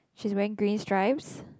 she's wearing green stripes